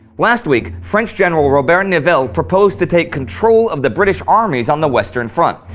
last week french general robert nivelle proposed to take control of the british armies on the western front.